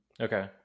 Okay